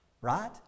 right